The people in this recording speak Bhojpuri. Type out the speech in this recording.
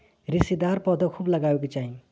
रेशेदार पौधा खूब लगावे के चाही